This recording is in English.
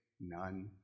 none